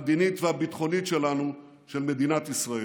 המדינית והביטחונית שלנו, של מדינת ישראל.